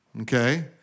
okay